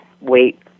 wait